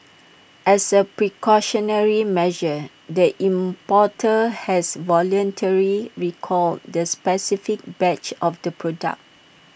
as A precautionary measure the importer has voluntary recalled the specific batch of the product